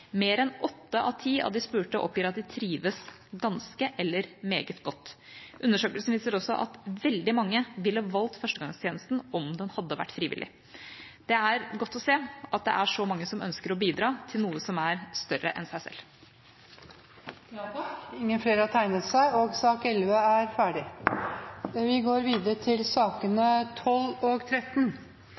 Mer enn åtte av ti av de spurte oppgir at de trives ganske eller meget godt. Undersøkelsen viser også at veldig mange ville valgt førstegangstjenesten om den hadde vært frivillig. Det er godt å se at det er så mange som ønsker å bidra til noe som er større enn dem selv. Flere har ikke bedt om ordet til sak nr. 11. Etter ønske fra utenriks- og forsvarskomiteen vil presidenten foreslå at sakene nr. 12 og 13